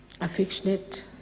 affectionate